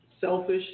selfish